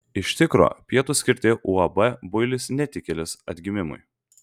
iš tikro pietūs skirti uab builis netikėlis atgimimui